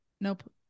nope